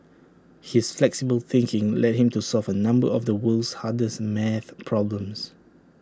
his flexible thinking led him to solve A number of the world's hardest math problems